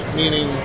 meaning